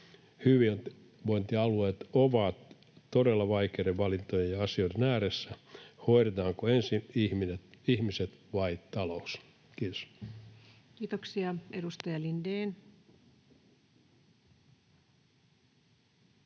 Hyvinvointialueet ovat todella vaikeiden valintojen ja asioiden ääressä: hoidetaanko ensin ihmiset vai talous? — Kiitos. [Speech 126]